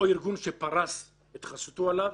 או ארגון שפרס את חסותו עליו,